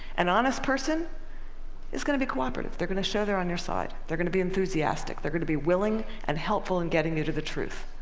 an honest person is going to be cooperative. they're going to show they're on your side. they're going to be enthusiastic. they're going to be willing and helpful to and getting you to the truth.